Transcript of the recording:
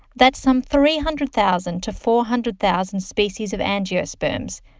that's some three hundred thousand to four hundred thousand species of angiosperms,